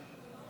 נגד.